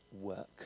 work